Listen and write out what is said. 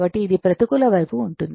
కాబట్టి ఇది ప్రతికూల వైపు ఉంటుంది